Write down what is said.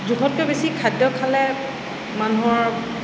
জোখতকৈ বেছি খাদ্য খালে মানুহৰ